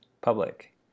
public